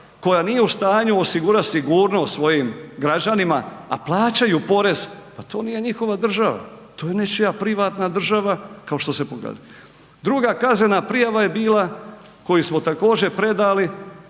koja nije u stanju osigurat sigurnost svojim građanima, a plaćaju porez, pa to nije njihova država, to je nečija privatna država kao što se .../Govornik se ne razumije./... Druga kaznena prijava je bila koju smo također predali